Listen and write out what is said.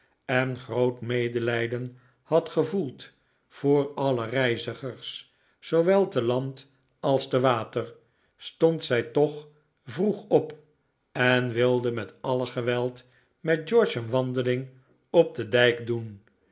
en groot medelijden had gevoeld voor alle reizigers zoowel te land als te water stond zij toch vroeg op en wilde met alle geweld met george een wandeling op den dijk doen